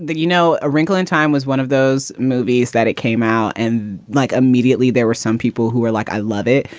you know, a wrinkle in time was one of those movies that it came out and like immediately there were some people who were like, i love it.